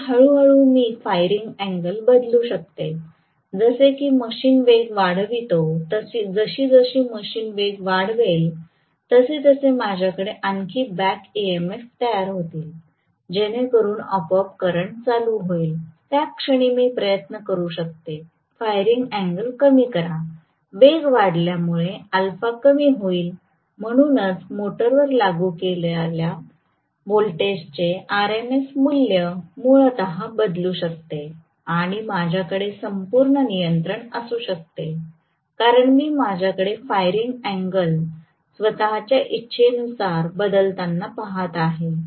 आणि हळू हळू मी फायरिंग अँगल बदलू शकते जसे की मशीन वेग वाढवितो जसजशी मशीन वेग वाढवेल तसतसे माझ्याकडे आणखी बॅक ईएमएफ तयार होईल जेणेकरून आपोआप करंट चालू होईल त्या क्षणी मी प्रयत्न करू शकते फायरिंग अँगल कमी करा वेग वाढल्यामुळे α कमी होईल म्हणूनच मोटरवर लागू होणार्या व्होल्टेजचे आरएमएस मूल्य मूलत बदलू शकते आणि माझ्याकडे संपूर्ण नियंत्रण असू शकते कारण मी माझ्याकडे फायरिंग अँगल स्वत च्या इच्छेनुसार बदलताना पहात आहे